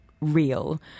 Real